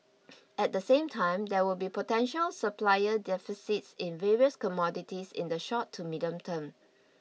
at the same time there will be potential supplier deficits in various commodities in the short to medium term